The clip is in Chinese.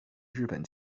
日本